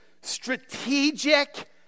strategic